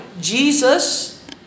Jesus